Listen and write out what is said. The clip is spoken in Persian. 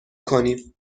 کنیم